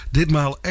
ditmaal